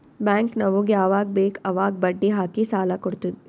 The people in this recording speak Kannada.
ಬ್ಯಾಂಕ್ ನಮುಗ್ ಯವಾಗ್ ಬೇಕ್ ಅವಾಗ್ ಬಡ್ಡಿ ಹಾಕಿ ಸಾಲ ಕೊಡ್ತುದ್